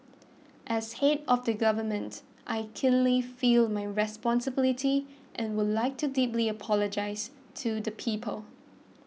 as head of the government I keenly feel my responsibility and would like to deeply apologise to the people